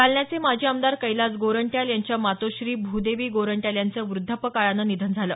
जालन्याचे माजी आमदार कैलास गोरंट्याल यांच्या मातोश्री भूदेवी गोरंट्याल यांचं व्रद्धापकाळानं निधन झालं